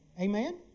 Amen